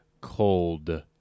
cold